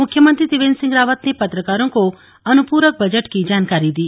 मुख्यमंत्री त्रिवेंद्र सिंह रावत ने पत्रकारों को अनुपूरक बजट की जानकारी दी